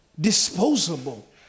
disposable